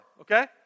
Okay